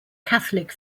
catholic